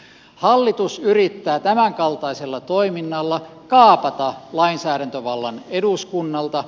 hallitus yrittää tämänkaltaisella toiminnalla kaapata lainsäädäntövallan eduskunnalta